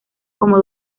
como